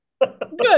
Good